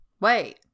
wait